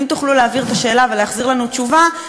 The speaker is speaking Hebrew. אם תוכלו להעביר את השאלה ולהחזיר לנו תשובה.